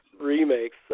Remakes